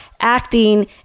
acting